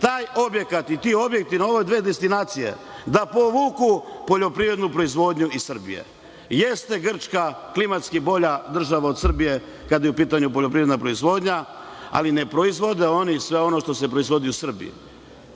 taj objekat i ti objekti na ove dve destinacije da povuku poljoprivrednu proizvodnju iz Srbije. Jeste Grčka klimatski bolja država od Srbije kada je u pitanju poljoprivredna proizvodnja, ali ne proizvode oni sve ono što se proizvodi u Srbiji. Ovo